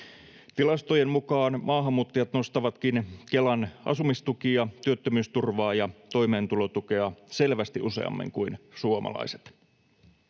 Tilastojen mukaan maahanmuuttajat nostavatkin Kelan asumistukia, työttömyysturvaa ja toimeentulotukea selvästi useammin kuin suomalaiset.